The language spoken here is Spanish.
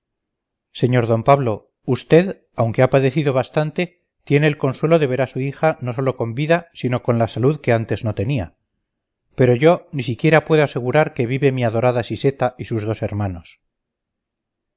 sr d pablo usted aunque ha padecido bastante tiene el consuelo de ver a su hija no sólo con vida sino con la salud que antes no tenía pero yo ni siquiera puedo asegurar que vive mi adorada siseta y sus dos hermanos